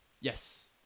Yes